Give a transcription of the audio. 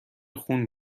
خون